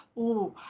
oh,